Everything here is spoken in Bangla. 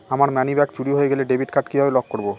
আমার মানিব্যাগ চুরি হয়ে গেলে ডেবিট কার্ড কিভাবে লক করব?